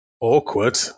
Awkward